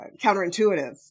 counterintuitive